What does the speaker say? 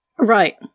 Right